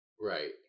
Right